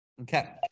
Okay